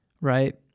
Right